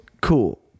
Cool